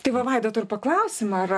tai va vaidoto ir paklausim ar